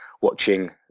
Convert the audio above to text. watching